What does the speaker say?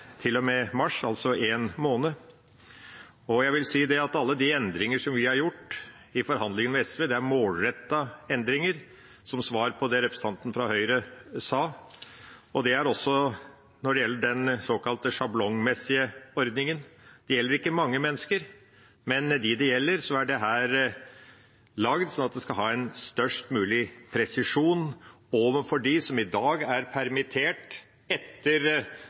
mars, altså en måned. Jeg vil si at alle de endringene vi har gjort i forhandlingene med SV, er målrettede endringer, som svar på det representanten fra Høyre sa. Slik er det også når det gjelder den såkalte sjablongmessige ordningen. Det gjelder ikke mange mennesker, men for dem det gjelder, er dette laget sånn at det skal ha størst mulig presisjon overfor dem som ble permittert etter den 13. desember, og som tidligere under pandemien har vært permittert